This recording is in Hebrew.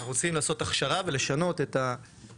אנחנו רוצים לעשות הכשרה ולשנות את השיטה